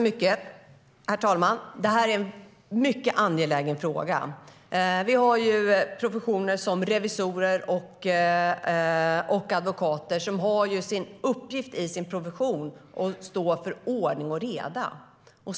Herr talman! Det här är en mycket angelägen fråga. Revisorer och advokater har till uppgift i sin profession att stå för ordning och reda.